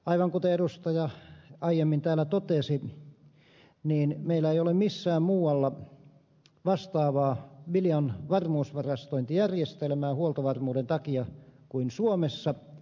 aivan kuten edustaja aiemmin täällä totesi meillä ei ole missään muualla vastaavaa viljan varmuusvarastointijärjestelmää huoltovarmuuden takia kuin suomessa